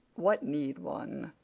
what need one?